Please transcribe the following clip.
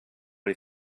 les